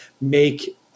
make –